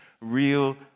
Real